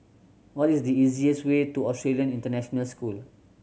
what is the easiest way to Australian International School